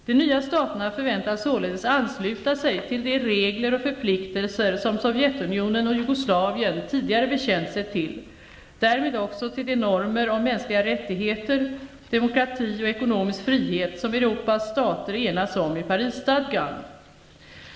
De nya staterna förväntas således ansluta sig till de regler och förpliktelser som Sovjetunionen och Jugoslavien tidigare bekänt sig till, därmed också till de normer om mänskliga rättigheter, demokrati och ekonomisk frihet som Europas stater enats om i Parisstadgan.